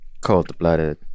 Cold-blooded